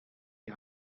die